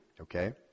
Okay